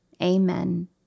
Amen